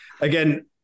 again